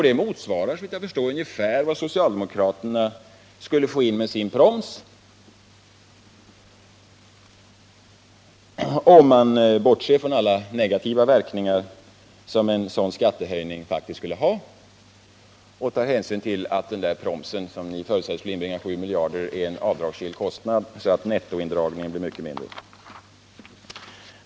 Det motsvarar, såvitt jag förstår, ungefär vad socialdemokraterna skulle få in med sin proms, om man bortser från alla negativa verkningar som en sådan skattehöjning faktiskt skulle ha och tar hänsyn till att promsen, som ni förutsätter skulle inbringa 7 miljarder, är en avdragsgill kostnad så att nettointäkten blir mycket mindre.